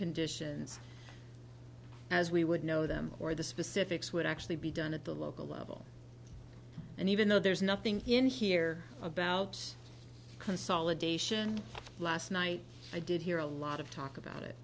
conditions as we would know them or the specifics would actually be done at the local level and even though there's nothing in here about consolidation last night i did hear a lot of talk about it